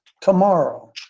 tomorrow